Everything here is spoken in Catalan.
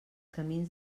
camins